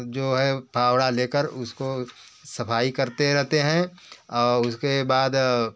जो है फावड़ा लेकर उसको सफ़ाई करते रहते हैं और उसके बाद